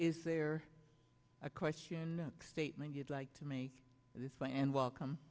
is there a question statement you'd like to make this by and welcome